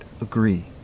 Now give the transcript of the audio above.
agree